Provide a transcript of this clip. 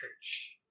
church